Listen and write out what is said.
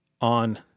on